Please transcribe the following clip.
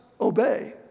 obey